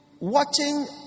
Watching